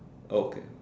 okay